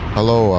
Hello